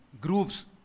groups